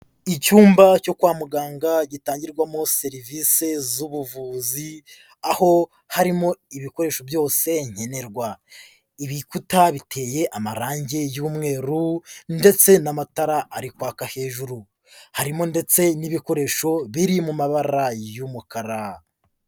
Icyumba cyo kwa muganga gitangirwamo serivisi z'ubuvuzi, aho harimo ibikoresho byose nkenerwa. Ibikuta biteye amarangi y'umweru ndetse n'amatara ari kwaka hejuru. Harimo ndetse n'ibikoresho biri mu mabara y'umukara.